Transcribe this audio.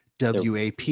WAP